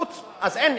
אז אין,